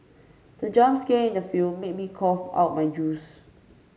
the jump scare in the film made me cough out my juice